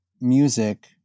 music